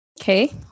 Okay